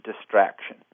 distraction